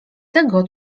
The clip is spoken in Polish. tego